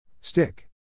Stick